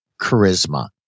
charisma